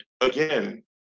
again